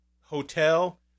hotel